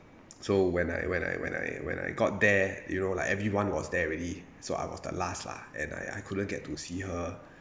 so when I when I when I when I got there you know like everyone was there already so I was there last lah and I I couldn't get to see her